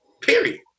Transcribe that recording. period